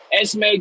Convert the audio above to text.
Esme